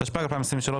תשפ"ג-2023,